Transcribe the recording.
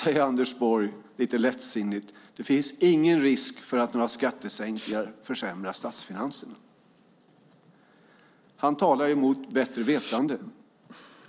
Men Anders Borg säger lite lättsinnigt att det inte finns någon risk för att några skattesänkningar försämrar statsfinanserna. Han talar emot bättre vetande.